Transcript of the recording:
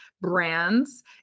brands